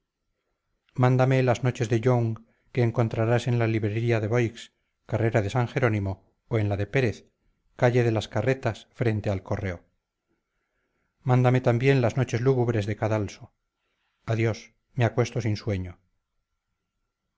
mándame las noches de young que encontrarás en la librería de boix carrera de san jerónimo o en la de pérez calle de las carretas frente al correo mándame también las noches lúgubres de cadalso adiós me acuesto sin sueño